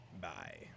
Bye